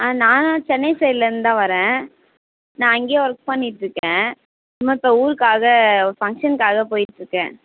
ஆ நானும் சென்னை சைட்லந்தான் வரேன் நான் அங்கேயே ஒர்க் பண்ணிட்யிருக்கேன் சும்மா இப்போ ஊருக்காக ஒரு ஃபங்க்ஷனுக்காக போயிட்யிருக்கேன்